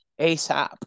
ASAP